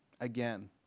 again